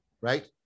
right